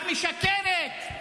את משקרת.